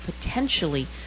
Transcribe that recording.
potentially